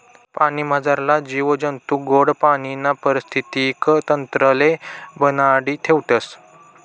पाणीमझारला जीव जंतू गोड पाणीना परिस्थितीक तंत्रले बनाडी ठेवतस